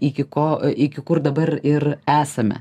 iki ko iki kur dabar ir esame